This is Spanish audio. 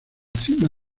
cima